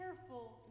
careful